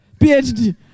PhD